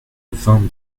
vingt